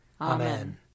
Amen